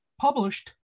published